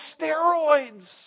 steroids